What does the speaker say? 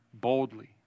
boldly